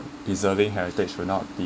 preserving heritage will not be